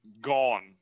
gone